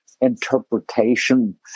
interpretation